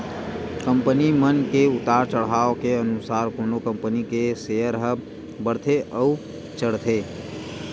company मन के उतार चड़हाव के अनुसार कोनो कंपनी के सेयर ह बड़थे अउ चढ़थे